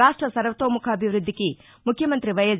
రాష్ట సర్వతోముఖాభివ ృద్ధికి ముఖ్యమంత్రి వైఎస్